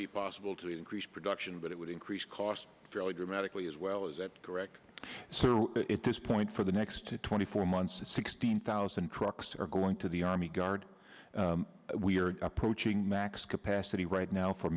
be possible to increase production but it would increase costs fairly dramatically as well as direct so this point for the next twenty four months is sixteen thousand trucks are going to the army guard we are approaching max capacity right now for